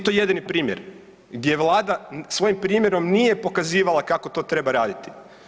A nije to jedini primjer gdje Vlada svojim primjerom nije pokazivala kako to treba raditi.